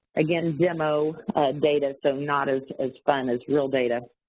again, demo data, so not as as fun as real data.